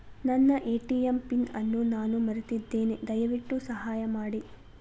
ನನ್ನ ATM pin ಅನ್ನು ನಾನು ಮರೆತಿದ್ದೇನೆ, ದಯವಿಟ್ಟು ಸಹಾಯ ಮಾಡಿ